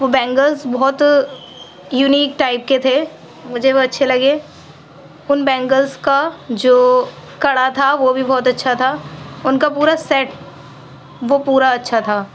وہ بینگلس بہت unique type کے تھے مجھے وہ اچھے لگے ان بینگلس کا جو کڑا تھا وہ بھی بہت اچھا تھا ان کا پورا سیٹ وہ پورا اچھا تھا